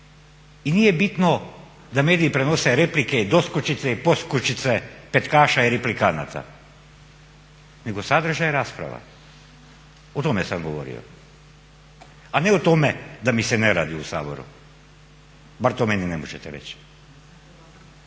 i nije bitno da mediji prenose replike i doskočice i poskočice petkaša i replikanata nego sadržaj rasprava, o tome sam govorio, a ne o tome da mi se ne radi u Saboru, bar to meni ne možete reći.